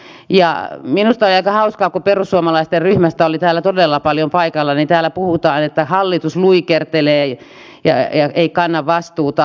ja minusta oli aika hauskaa kun perussuomalaisten ryhmästä oli täällä todella paljon paikalla että täällä puhutaan että hallitus luikertelee ja ei kanna vastuuta